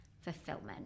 fulfillment